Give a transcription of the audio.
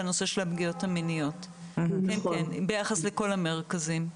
בנושא הפגיעות המיניות ביחס לכל המרכזים.